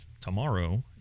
tomorrow